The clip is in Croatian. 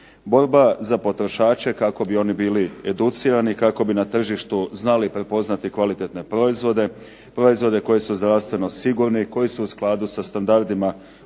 Borba za potrošače kako bi oni bili educirani kako bi na tržištu znali prepoznati kvalitetne proizvode, proizvode koji su zdravstveno sigurni koji su u skladu sa standardima o